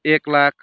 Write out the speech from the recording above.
एक लाख